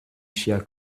ŝia